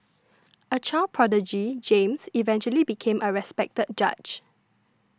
a child prodigy James eventually became a respected judge